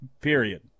Period